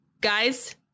guys